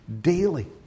daily